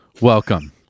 welcome